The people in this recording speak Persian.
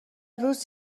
روز